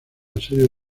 asedio